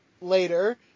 later